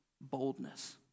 boldness